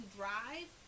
drive